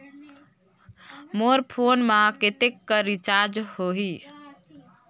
मोर phone मा कतेक कर रिचार्ज हो ही?